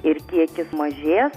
ir kiekis mažės